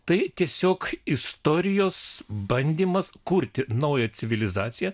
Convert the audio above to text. tai tiesiog istorijos bandymas kurti naują civilizaciją